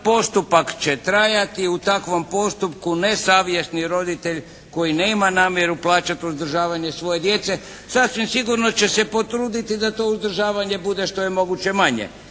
postupak će trajati, u takvom postupku nesavjesni roditelj koji nema namjeru plaćati uzdržavanje svoje djece sasvim sigurno će se potruditi da to uzdržavanje bude što je moguće manje